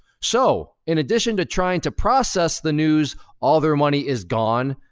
so in addition to trying to process the news all their money is gone,